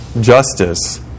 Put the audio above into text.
justice